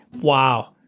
Wow